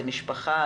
זה משפחה,